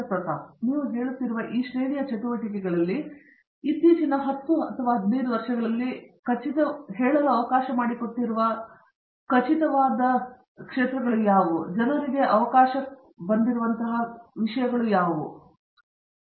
ಪ್ರತಾಪ್ ಹರಿಡೋಸ್ ನೀವು ಹೇಳುತ್ತಿರುವ ಈ ಶ್ರೇಣಿಯ ಚಟುವಟಿಕೆಗಳಲ್ಲಿ ಇತ್ತೀಚಿನ 10 ವರ್ಷಗಳಲ್ಲಿ 15 ವರ್ಷಗಳಲ್ಲಿ ಹೇಳಲು ಅವಕಾಶ ಮಾಡಿಕೊಟ್ಟಿರುವ ಜನರು ಇತ್ತೀಚೆಗೆ ಬಂದಂತಹ ವಿಷಯವೆಂದರೆ ಹೆಚ್ಚು ಸಮಯದ ಸಮಯ